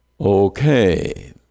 Okay